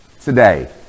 today